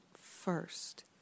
first